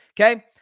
Okay